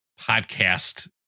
podcast